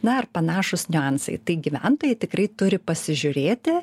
na ir panašūs niuansai tai gyventojai tikrai turi pasižiūrėti